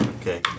Okay